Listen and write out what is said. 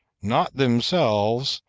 not themselves,